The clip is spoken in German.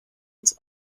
ins